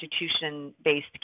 institution-based